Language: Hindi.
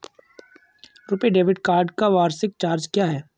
रुपे डेबिट कार्ड का वार्षिक चार्ज क्या है?